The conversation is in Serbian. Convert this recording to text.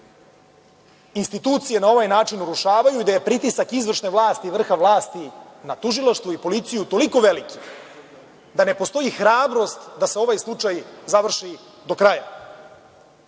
institucije na ovaj način urušavaju, da je pritisak izvršne vlasti i vrha vlasti na tužilaštvo i policiju toliko veliki da ne postoji hrabrost da se ovaj slučaj završi do kraja,